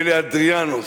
מילא אדריאנוס,